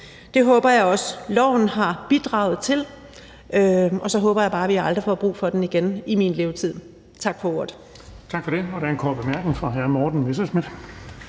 Det håber jeg også loven har bidraget til, og så håber jeg bare, at vi aldrig får brug for den igen i min levetid. Tak for ordet. Kl. 13:17 Den fg. formand (Erling Bonnesen): Tak for det.